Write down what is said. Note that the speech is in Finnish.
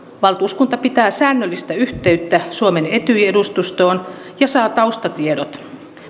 valtuuskunta pitää säännöllistä yhteyttä suomen etyj edustustoon ja saa taustatiedot